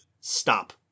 stop